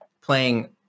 playing